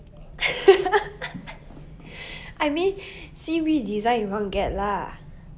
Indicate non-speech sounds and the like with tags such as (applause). (laughs) I mean see which design you want to get lah